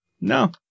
No